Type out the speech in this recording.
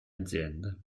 aziende